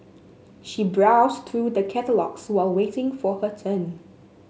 she browsed through the catalogues while waiting for her turn